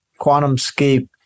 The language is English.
QuantumScape